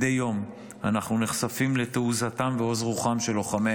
מדי יום אנחנו נחשפים לתעוזתם ועוז רוחם של לוחמי